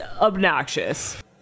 obnoxious